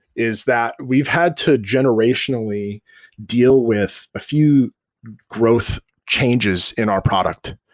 is that we've had to generationally deal with a few growth changes in our product.